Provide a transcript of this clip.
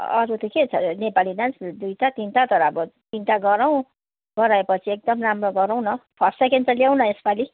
अरू त के छ र नेपाली डान्स दुइटा तिनवटा तर अब तिनवटा गरौँ गरायो पछि एकदम राम्रो गरौँ न फर्स्ट सेकेन्ड त ल्याउ न यसपालि